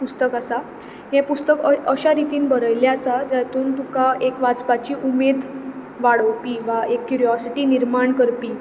पुस्तक आसा हें पुस्तक अश्या रितीन बरयिल्लें आसा जातूंत तुका एक वाचपाची उमेद वाडोवपी वा एक क्युरियोसिटी निर्माण करपी